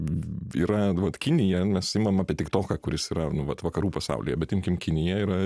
yra vat kinija mes imam apie tiktoką kuris yra nu vat vakarų pasaulyje bet imkim kinija yra